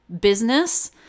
business